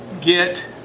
get